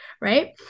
right